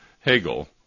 Hegel